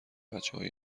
بچههای